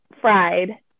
fried